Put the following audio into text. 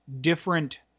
different